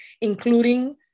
including